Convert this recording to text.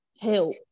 help